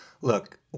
look